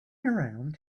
around